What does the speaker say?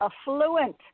affluent